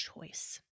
choice